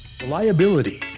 Reliability